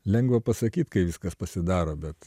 lengva pasakyt kai viskas pasidaro bet